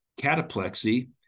cataplexy